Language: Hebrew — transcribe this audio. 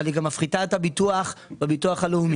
אבל היא גם מפחיתה את הביטוח בביטוח הלאומי.